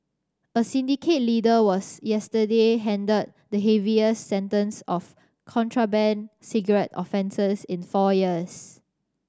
a syndicate leader was yesterday handed the heaviest sentence of contraband cigarette offences in four years